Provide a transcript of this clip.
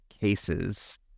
cases